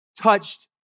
touched